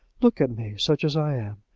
look at me, such as i am,